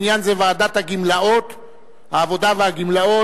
לעניין זה ועדת העבודה והגמלאות,